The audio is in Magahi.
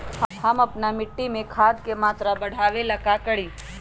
हम अपना मिट्टी में खाद के मात्रा बढ़ा वे ला का करी?